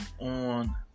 on